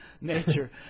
nature